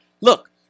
Look